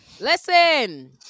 Listen